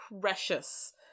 precious